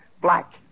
Black